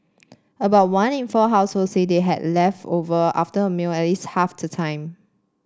about one in four household said they had leftovers after a meal at least half the time